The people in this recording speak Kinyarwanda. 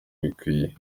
bikwiye